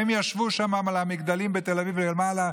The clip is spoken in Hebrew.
הם ישבו שם במגדלים בתל אביב למעלה,